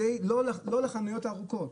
לא לחניות ארוכות,